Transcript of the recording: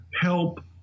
help